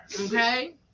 okay